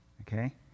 okay